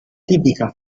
tipica